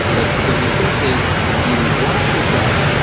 but, so the trick is you watch your thoughts,